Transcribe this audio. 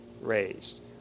raised